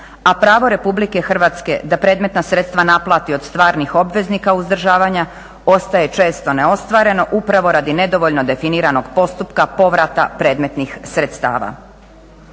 a pravo Republike Hrvatske da predmetna sredstva naplati od stvarnih obveznika uzdržavanja ostaje često neostvareno upravo radi nedovoljno definiranog postupka povrata predmetnih sredstava.